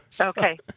Okay